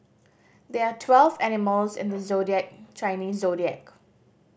there are twelve animals in the zodiac Chinese zodiac